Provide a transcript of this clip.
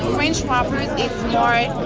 french rappers